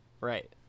Right